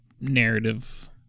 narrative